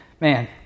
Man